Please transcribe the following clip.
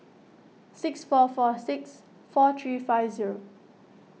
six four four six four three five zero